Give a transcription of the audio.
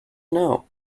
know